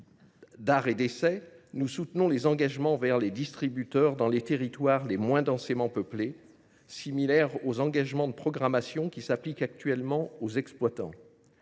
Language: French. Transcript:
d’art et d’essai, nous soutenons les engagements envers les distributeurs dans les territoires les moins densément peuplés, similaires aux engagements de programmation qui s’appliquent actuellement aux exploitants.